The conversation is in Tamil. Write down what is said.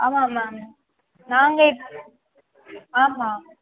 ஆமாங்க மேம் நாங்கள் இப் ஆமாம்